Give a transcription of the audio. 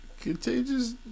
Contagious